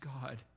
God